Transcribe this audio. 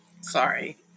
Sorry